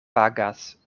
pagas